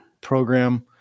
program